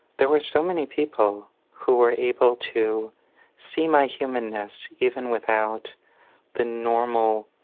there were so many people who were able to see my humanness even without the normal